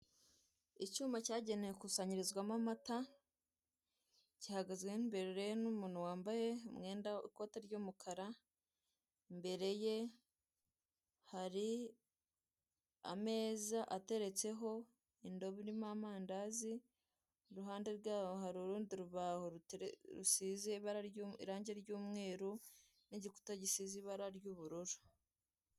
Icyuma cyagenewe ikusanyirizwa mo amata, cyahagazwe imbere umuntu wambaye ikote ry'umukara, imbere ye hari ameza ateretseho indobo irimo amandazi, iruhande rwaho hari urundi urubaho rusize irangi ry'umweru n'igikuta gisize ibara ry'ubururu.